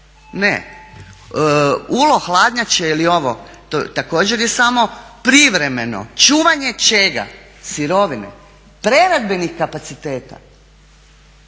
ne. ULO hladnjače ili ovo to također je samo privremeno. Čuvanje čega? Sirovine. Preradbenih kapaciteta